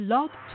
Love